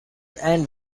and